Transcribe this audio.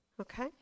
Okay